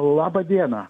laba diena